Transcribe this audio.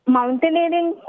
Mountaineering